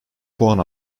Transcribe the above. puan